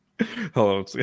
Hello